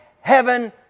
heaven